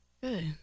Good